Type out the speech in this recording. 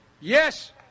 Yes